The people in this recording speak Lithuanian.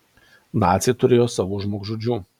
naciai turėjo savų žmogžudžių